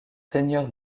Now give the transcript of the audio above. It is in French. seigneur